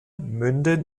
münden